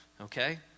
Okay